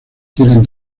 tienen